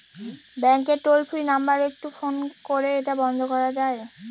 ব্যাংকের toll free number একটু phone করে এটা বন্ধ করা যায়?